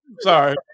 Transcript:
Sorry